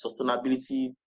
sustainability